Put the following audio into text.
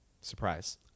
surprise